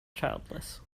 childless